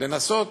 לנסות